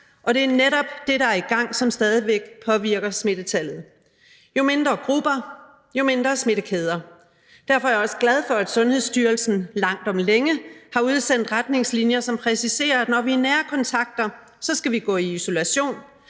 og det er netop det, der er i gang, som stadig væk påvirker smittetallet. Jo mindre grupper, jo mindre smittekæder. Derfor er jeg også glad for, at Sundhedsstyrelsen langt om længe har udsendt retningslinjer, som præciserer, at når vi er nære kontakter, skal vi gå i isolation,